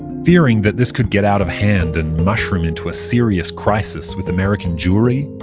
fearing that this could get out of hand and mushroom into a serious crisis with american jewry,